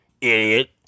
Idiot